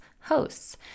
hosts